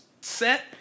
set